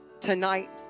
Tonight